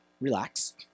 relax